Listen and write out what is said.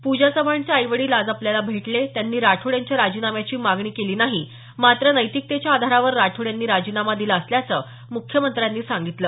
पूजा चव्हाणचे आई वडील आज आपल्याला भेटले त्यांनी राठोड यांच्या राजीनाम्याची मागणी केली नाही मात्र नैतिकतेच्या आधारावर राठोड यांनी राजीनामा दिला असल्याचं मुख्यमंत्र्यांनी सांगितलं